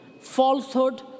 falsehood